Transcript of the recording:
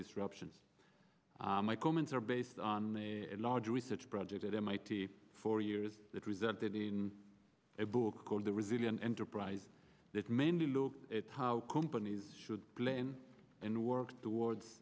disruptions my comments are based on a large research project at mit for years that resented in a book called the resilient enterprise that many look at how companies should play in and work towards